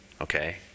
okay